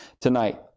tonight